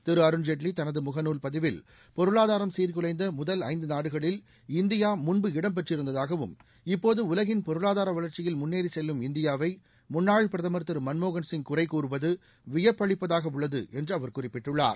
திரு அருண்ஜேட்லி தனது முகநால் பதிவில் பொருளாதாரம் சீர்குலைந்த முதல் ஐந்து நாடுகளில் இந்தியா முன்பு இடம் பெற்றிருந்ததாகவும் இப்போது உலகின் பொருளாதார வளர்ச்சியில் முன்னேறி செல்லும் இந்தியாவை முன்னாள் பிரதமர் திரு மன்மோகன் சிங் குறைகூறுவது வியப்பளிப்பதாக உள்ளது என்று அவர் குறிப்பிட்டுள்ளார்